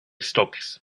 stokes